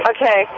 Okay